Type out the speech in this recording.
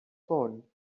phone